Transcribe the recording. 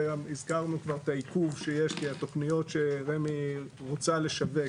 הזכרנו כבר את העיכוב שיש לי על תוכניות שרמ"י רוצה לשווק,